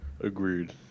Agreed